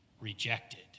rejected